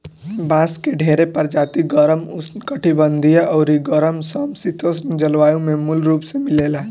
बांस के ढेरे प्रजाति गरम, उष्णकटिबंधीय अउरी गरम सम शीतोष्ण जलवायु में मूल रूप से मिलेला